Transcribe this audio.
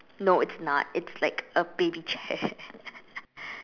no it's not it's like a baby chair